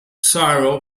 cyril